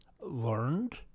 learned